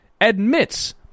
admits